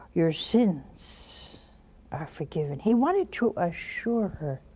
your sins are forgiven he wanted to assure her,